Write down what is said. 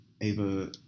Ava